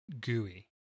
Gooey